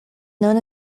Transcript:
known